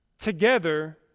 together